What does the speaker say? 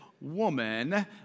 woman